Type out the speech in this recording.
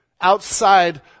Outside